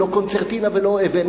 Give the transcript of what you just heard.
לא קונצרטינה ולא אבן,